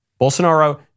Bolsonaro